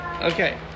Okay